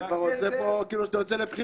אתה כבר עושה פה תעמולה כאילו שאתה יוצא לבחירות.